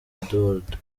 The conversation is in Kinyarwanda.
eduardo